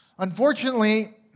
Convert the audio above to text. Unfortunately